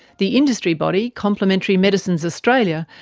the industry body, complementary medicines australia,